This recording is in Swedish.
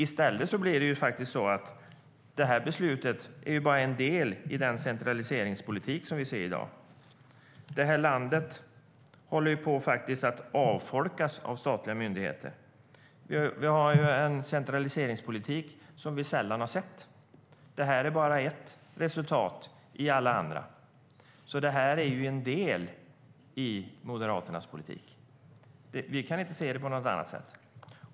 I stället är detta beslut bara en del i den centraliseringspolitik som vi i dag ser. Det här landet håller faktiskt på att avfolkas när det gäller statliga myndigheter. Det förs en centraliseringspolitik som vi sällan har sett. Det här är bara ett resultat av alla andra. Detta är ju en del i Moderaternas politik. Vi kan inte se det på något annat sätt.